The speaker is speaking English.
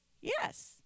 yes